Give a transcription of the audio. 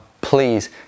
please